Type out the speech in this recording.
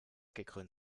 gekrönt